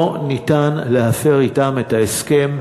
לא ניתן להפר אתן את ההסכם,